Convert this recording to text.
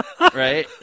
right